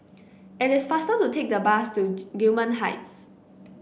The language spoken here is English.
it is faster to take the bus to Gillman Heights